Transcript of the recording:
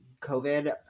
COVID